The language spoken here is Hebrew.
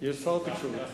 יש שר תקשורת.